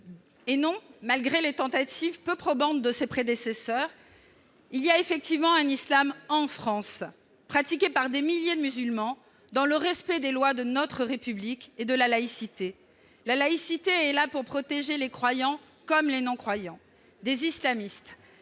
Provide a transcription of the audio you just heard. passant, malgré les tentatives peu probantes de ses prédécesseurs, par un islam France. Or il y a un islam France, pratiqué par des milliers de musulmans, dans le respect des lois de notre République et de la laïcité. Cette dernière est là pour protéger les croyants comme les non-croyants contre les islamistes,